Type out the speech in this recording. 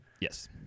Yes